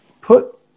put